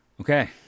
okay